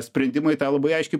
sprendimai tą labai aiškiai